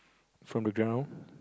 from the ground